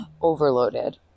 overloaded